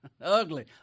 Ugly